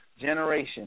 generation